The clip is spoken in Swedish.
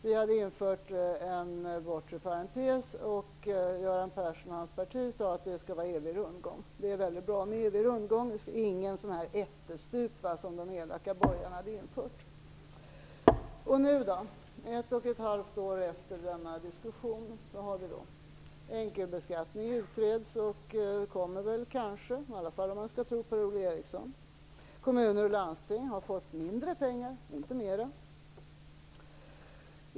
Vi hade infört en bortre parentes, och Göran Persson och hans parti sade att det skall vara evig rundgång eftersom det är mycket bra med evig rundgång. Socialdemokraterna ville inte ha någon ättestupa som de elaka borgarna hade infört. Nu, ett och ett halvt år efter denna diskussion, vad har vi då? Enkelbeskattning utreds och kommer kanske att bli verklighet, åtminstone om man skall tro Per-Ola Eriksson. Kommuner och landsting har fått mindre pengar, inte mera.